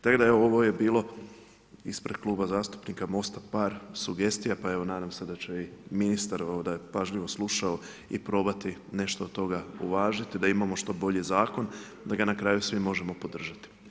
Tako da evo ovo je bilo ispred Kluba zastupnika MOST-a par sugestija pa evo nadam se da će i ministar, da je pažljivo slušao i probati nešto od toga uvažiti da imamo što bolji zakon, da ga na kraju svi možemo podržati.